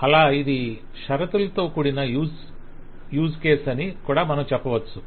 అలా ఇది షరతులతో కూడిన యూజ్ కేస్ అని కూడా మనం చెప్పవచ్చు